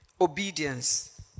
obedience